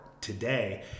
today